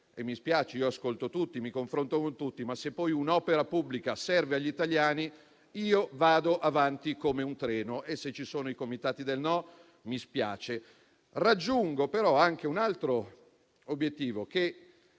mi spiace; io ascolto tutti e mi confronto con tutti, ma se poi un'opera pubblica serve agli italiani, io vado avanti come un treno e se ci sono i comitati del no mi spiace. Raggiungo però anche un altro obiettivo.